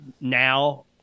now